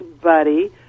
buddy